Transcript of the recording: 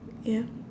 ya